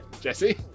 Jesse